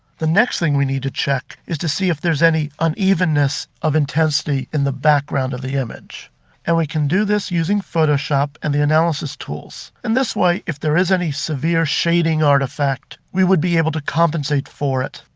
the next thing we need to check is to see if there's any unevenness of intensity in the background of the image and we can do this using photoshop and the analysis tools. in this way, if there is any severe shading artifact we would be able to compensate for it.